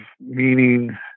meaning